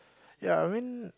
ya I mean